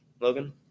Logan